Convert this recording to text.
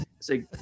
say